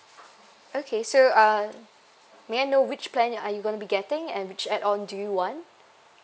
okay so uh may I know which plan are you going to be getting and which add on do you want